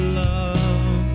love